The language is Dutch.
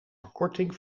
verkorting